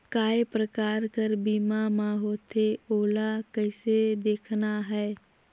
काय प्रकार कर बीमा मा होथे? ओला कइसे देखना है?